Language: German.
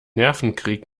nervenkrieg